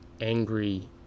angry